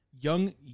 Young